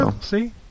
See